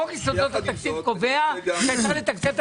חוק יסודות התקציב קובע שצריך לתקצב את